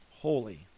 holy